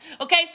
okay